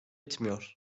etmiyor